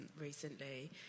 recently